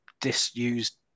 disused